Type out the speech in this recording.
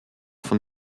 von